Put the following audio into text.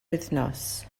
wythnos